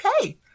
okay